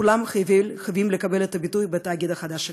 כולם חייבים לקבל ביטוי בתאגיד החדש שקם.